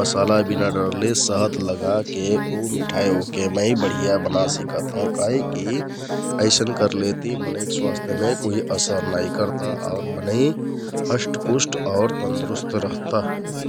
मसाला बिना डरले, सहत लगाके उ मिठाइ ओहके मै बढिया बना सिकत हौं । काहिककि अइसन करलेति मनैंक स्वास्थ्यमे कोइ असर नाइ करता आउ मनैं हस्टपुस्ट आउ तन्दुरुस्ट रहता ।